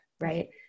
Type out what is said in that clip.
Right